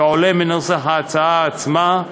כעולה מנוסח ההצעה עצמה,